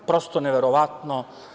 Prosto neverovatno.